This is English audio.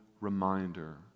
reminder